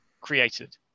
created